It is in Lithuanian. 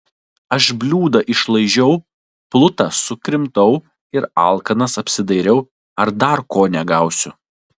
aš bliūdą išlaižiau plutą sukrimtau ir alkanas apsidairiau ar dar ko negausiu